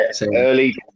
Early